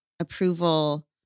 approval